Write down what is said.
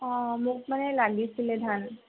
অ' মোক মানে লাগিছিলে ধান